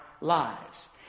lives